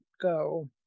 go